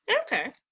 Okay